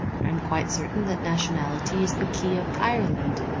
am quite certain that nationality is the key of ireland